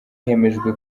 hemejwe